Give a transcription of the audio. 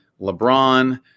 LeBron